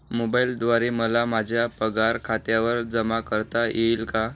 मोबाईलद्वारे मला माझा पगार खात्यावर जमा करता येईल का?